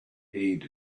heed